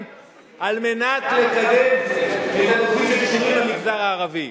על מנת לקדם את התוכנית של שינויים במגזר הערבי.